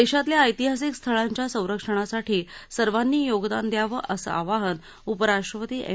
देशातल्या ऐतिहासिक स्थळांच्या संरक्षणासाठी सर्वांनी योगदान दयावं असं आवाहन उपराष्ट्रपती एम